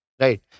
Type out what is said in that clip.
right